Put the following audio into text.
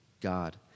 God